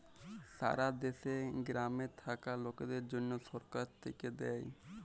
সারা দ্যাশে গ্রামে থাক্যা লকদের জনহ সরকার থাক্যে দেয়